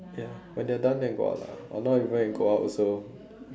ya when they're done then go out lah or not even you go out also